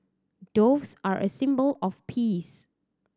doves are a symbol of peace